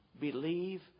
believe